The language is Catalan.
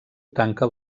tancà